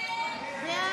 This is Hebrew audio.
43